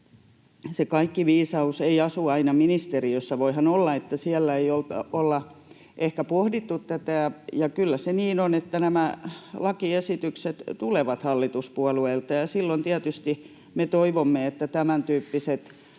se kaikki viisaus ei asu aina ministeriössä. Voihan olla, että siellä ei olla ehkä pohdittu tätä, ja kyllä se niin on, että nämä lakiesitykset tulevat hallituspuolueilta, ja silloin tietysti me toivomme, että tämäntyyppiset